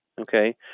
Okay